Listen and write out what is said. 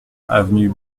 avenue